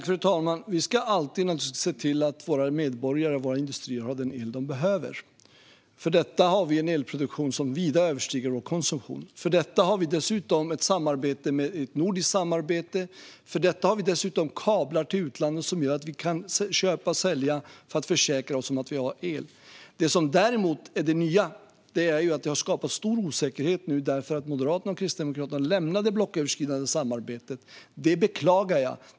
Fru talman! Vi ska naturligtvis alltid se till att våra medborgare och våra industrier har den el de behöver. För detta har vi en elproduktion som vida överstiger vår konsumtion. För detta har vi dessutom ett nordiskt samarbete. För detta har vi dessutom kablar till utlandet som gör att vi kan köpa och sälja för att försäkra oss om att vi har el. Det nya är däremot att det har skapats stor osäkerhet eftersom Moderaterna och Kristdemokraterna lämnat det blocköverskridande samarbetet. Det beklagar jag.